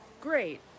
Great